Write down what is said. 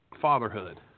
fatherhood